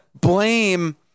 blame